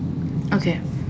okay